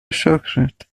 شکرت